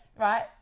Right